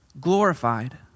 glorified